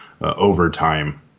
overtime